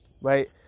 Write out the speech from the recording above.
right